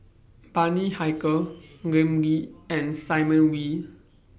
Bani Haykal Lim Lee and Simon Wee